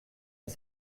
est